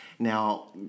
Now